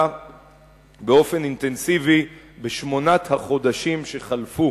באופן אינטנסיבי בשמונת החודשים שחלפו